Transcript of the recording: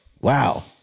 Wow